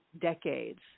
decades